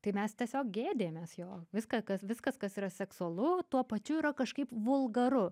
tai mes tiesiog gėdijamės jo viską kad viskas kas yra seksualu tuo pačiu yra kažkaip vulgaru